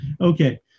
Okay